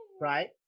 right